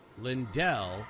Lindell